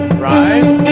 rise.